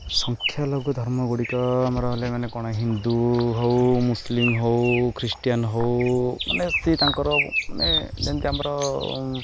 ସଂଖ୍ୟା ଲୋକ ଧର୍ମ ଗୁଡ଼ିକ ଆମର ହେଲେ ମାନେ କ'ଣ ହିନ୍ଦୁ ହଉ ମୁସଲିମ୍ ହଉ ଖ୍ରୀଷ୍ଟିଆନ୍ ହଉ ମାନେ ସେ ତାଙ୍କର ମାନେ ଯେମିତି ଆମର